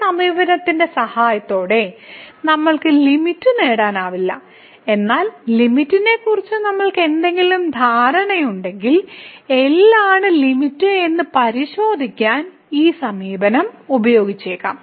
ഈ സമീപനത്തിന്റെ സഹായത്തോടെ നമ്മൾക്ക് ലിമിറ്റ് നേടാനാവില്ല എന്നാൽ ലിമിറ്റിനെക്കുറിച്ച് നമ്മൾക്ക് എന്തെങ്കിലും ധാരണയുണ്ടെങ്കിൽ L ആണ് ലിമിറ്റ് എന്ന് പരിശോധിക്കാൻ ഈ സമീപനം ഉപയോഗിച്ചേക്കാം